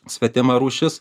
svetima rūšis